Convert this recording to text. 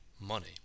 money